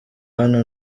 hano